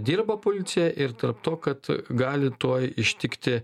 dirba policija ir tarp to kad gali tuoj ištikti